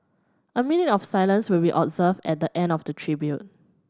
a minute of silence will be observed at the end of the tribute